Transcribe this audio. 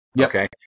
Okay